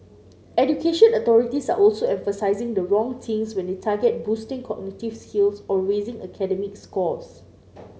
education authorities are also emphasising the wrong things when they target boosting cognitive skills or raising academic scores